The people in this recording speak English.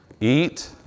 eat